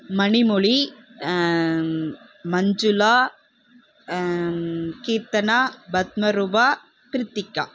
Manimozhi Manjula Keerthana Padmarupa Kirthika